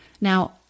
Now